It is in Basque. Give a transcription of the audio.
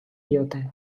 diote